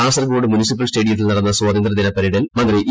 Kasaragod municipal സ്റ്റേഡിയത്തിൽ നടന്ന സ്വാതന്ത്ര്യദിന പരേഡിൽ മന്ത്രി ഇ